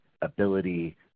ability